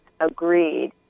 agreed